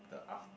the aft~